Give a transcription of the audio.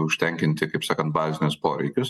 užtenkinti kaip sakant bazinius poreikius